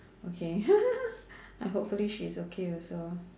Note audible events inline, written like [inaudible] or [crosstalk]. okay [laughs] uh hopefully she is okay also